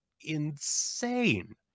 insane